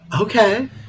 okay